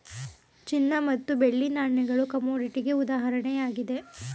ಚಿನ್ನ ಮತ್ತು ಬೆಳ್ಳಿ ನಾಣ್ಯಗಳು ಕಮೋಡಿಟಿಗೆ ಉದಾಹರಣೆಯಾಗಿದೆ